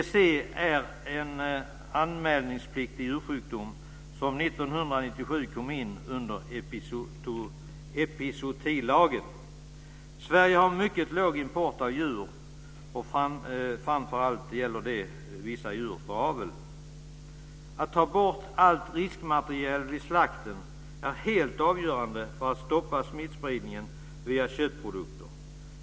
BSE är en anmälningspliktig djursjukdom som 1997 kom in under epizootilagen. Sverige har en mycket liten import av djur, och framför allt gäller det vissa djur för avel. Att ta bort allt riskmaterial vid slakten är helt avgörande för att stoppa smittspridningen via köttprodukter.